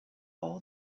all